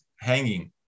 hanging